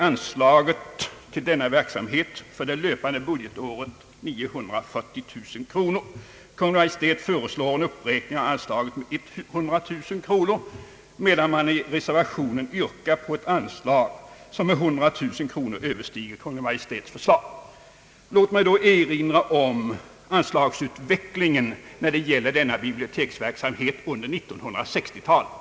Anslaget för detta ändamål är för det löpande budgetåret 940 000 kronor. Kungl. Maj:t föreslår en uppräkning av anslaget med 100 000 kronor, medan reservationen yrkar på ett anslag som med 100 000 kronor överstiger Kungl. Maj:ts förslag. Låt mig erinra om anslagsutvecklingen i fråga om denna biblioteksverksamhet under 1960 talet.